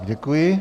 Děkuji.